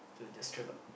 so it destress or not